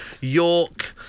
York